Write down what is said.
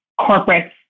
corporates